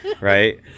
right